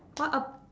what ab~